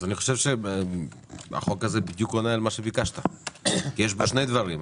אני חושב שהצעת החוק הזאת בדיוק עונה על מה שביקשת כי יש בה שני דברים.